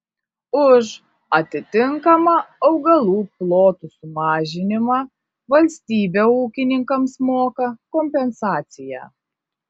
už atitinkamą augalų plotų sumažinimą valstybė ūkininkams moka kompensaciją